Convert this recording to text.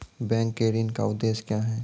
Bank के ऋण का उद्देश्य क्या हैं?